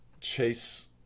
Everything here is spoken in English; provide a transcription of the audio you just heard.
chase